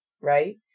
Right